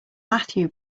matthew